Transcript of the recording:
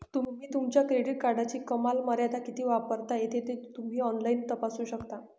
तुम्ही तुमच्या क्रेडिट कार्डची कमाल मर्यादा किती वापरता ते तुम्ही ऑनलाइन तपासू शकता